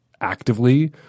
actively